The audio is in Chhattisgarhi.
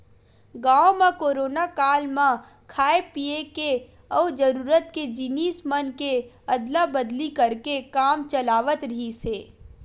गाँव म कोरोना काल म खाय पिए के अउ जरूरत के जिनिस मन के अदला बदली करके काम चलावत रिहिस हे